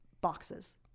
boxes